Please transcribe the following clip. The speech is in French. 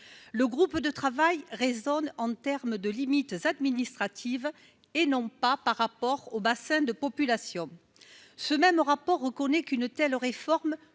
le groupe de travail raisonne en termes de limites administratives et non pas par rapport au bassin de population, ce même rapport reconnaît qu'une telle réforme